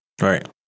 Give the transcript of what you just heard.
Right